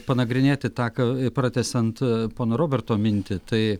panagrinėti tą ką pratęsiant pono roberto mintį tai